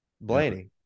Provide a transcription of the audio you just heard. Blaney